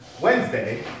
Wednesday